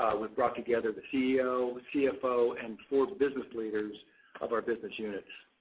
we've brought together the ceo, cfo and four business leaders of our business units.